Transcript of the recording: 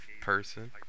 person